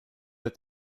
that